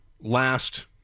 last